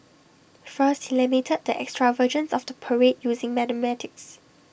first he lamented the extravagance of the parade using mathematics